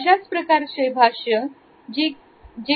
अशाच प्रकारचे भाष्य जी